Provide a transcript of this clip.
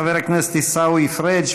חבר הכנסת עיסאווי פריג',